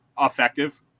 effective